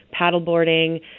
paddleboarding